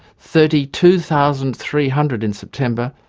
thirty two thousand three hundred in september,